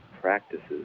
practices